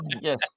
Yes